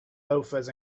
loafers